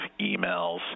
emails